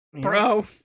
Bro